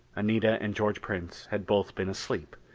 anita and george prince had both been asleep,